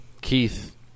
Keith